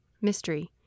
mystery